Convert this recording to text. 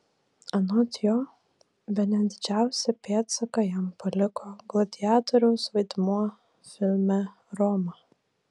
anot jo bene didžiausią pėdsaką jam paliko gladiatoriaus vaidmuo filme roma